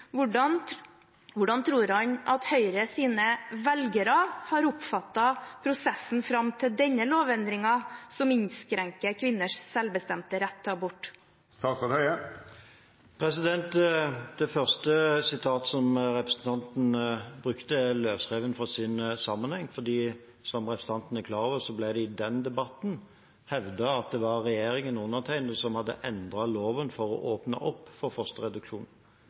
Hvordan tror han Høyres velgere har oppfattet prosessen fram til denne lovendringen, som innskrenker kvinners selvbestemte rett til abort? Det første sitatet som representanten brukte, er løsrevet fra sin sammenheng. Som representanten er klar over, ble det i den debatten hevdet at det var regjeringen og undertegnede som hadde endret loven for å åpne opp for fosterreduksjon.